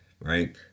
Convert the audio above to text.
right